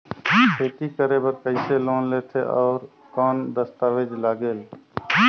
खेती करे बर कइसे लोन लेथे और कौन दस्तावेज लगेल?